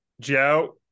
Joe